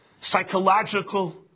psychological